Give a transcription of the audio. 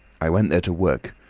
i went there to work.